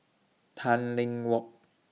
Tanglin Walk